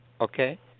Okay